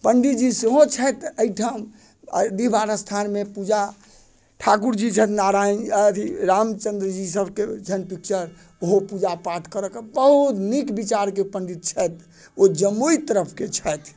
पंडी जी सेहो छथि एहिठाम डीहबार स्थानमे पूजा ठाकुर जी छथि नारायण अथी रामचंद्र जी सबके छनि पिक्चर ओहो पूजा पाठ करेके बहुत नीक विचारके पण्डित छथि ओ जमुइ तरफके छथि